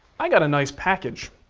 i got a nice package.